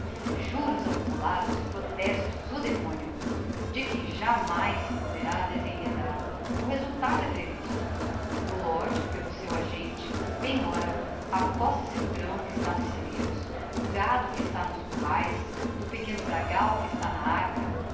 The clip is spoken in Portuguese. juros accumulados protestos o demonio de que jámais se poderá desenredar o resultado é previsto o lord pelo seu agente penhora o apossa se do grão que está nos celleiros do gado que está nos curraes do pequeno bragal que está na arca